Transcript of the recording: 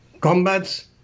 combats